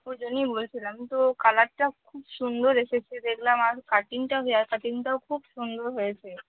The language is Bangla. ওজন্যেই বলছিলাম তো কালারটা খুব সুন্দর এসেছে দেখলাম আর কাটিংটাও হেয়ার কাটিংটাও খুব সুন্দর হয়েছে